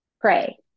pray